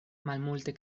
malmulte